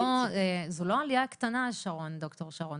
זו לא עלייה קטנה, ד"ר שרון.